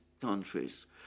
countries